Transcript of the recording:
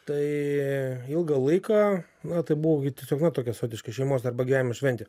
tai ilgą laiką na tai buvo tiesiog va tokia savotiška šeimos arba gyvenimo šventė